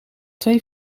twee